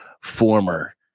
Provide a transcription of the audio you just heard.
former